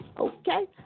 okay